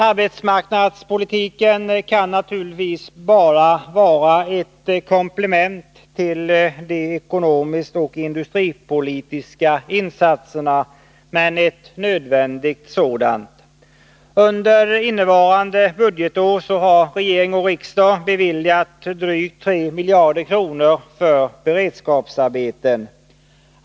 Arbetsmarknadspolitiken kan naturligtvis bara vara ett komplement till de ekonomisk-politiska och industripolitiska insatserna, men ett nödvändigt sådant. Under innevarande budgetår har regering och riksdag beviljat drygt 3 miljarder kronor för beredskapsarbeten.